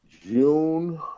June